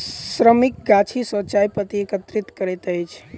श्रमिक गाछी सॅ चाय पत्ती एकत्रित करैत अछि